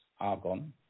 Argon